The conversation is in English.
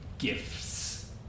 Gifts